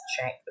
check